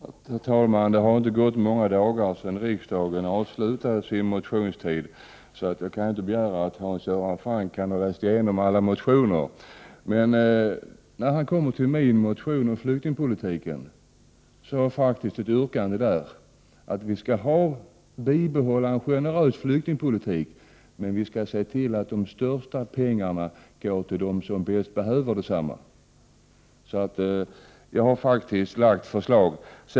Herr talman! Det har inte gått många dagar sedan motionstiden i riksdagen avslutades, så jag kan inte begära att Hans Göran Franck skall ha läst igenom alla motioner. Men i min motion om flyktingpolitiken har jag faktiskt yrkat att vi skall bibehålla den generösa flyktingpolitiken men se till att de mesta pengarna går till dem som bäst behöver dem. Jag har alltså lagt fram förslag.